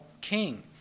king